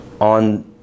on